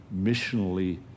missionally